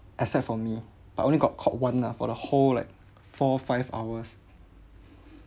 except for me but I only got caught one lah for the whole like four five hours